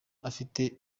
afite